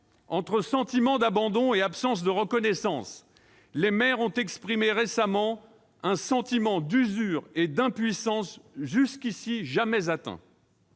Entre sentiment d'abandon et absence de reconnaissance, ces derniers ont exprimé récemment un sentiment d'usure et d'impuissance encore jamais éprouvé